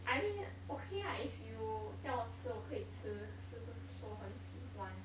I mean okay ah if you 叫我吃我可以吃可是不是说很喜欢